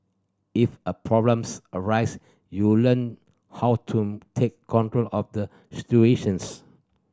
if a problems arise you learn how to take control of the situations